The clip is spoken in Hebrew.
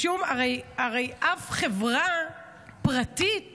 אף חברה פרטית